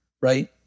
right